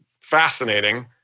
fascinating